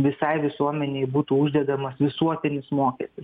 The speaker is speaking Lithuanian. visai visuomenei būtų uždedamas visuotinis mokestis